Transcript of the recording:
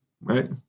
Right